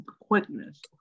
quickness